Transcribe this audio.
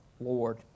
Lord